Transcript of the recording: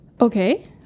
Okay